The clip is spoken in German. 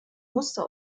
muster